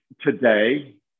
Today